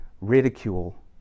ridicule